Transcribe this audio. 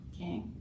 okay